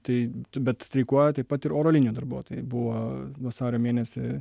tai bet streikuoja taip pat ir oro linijų darbuotojai buvo vasario mėnesį